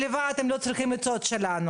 לקח עוד שעה עד שהוא הגיע לבן גוריון להוציא אותה.